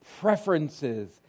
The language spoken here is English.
preferences